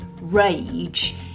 rage